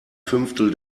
fünftel